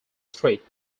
street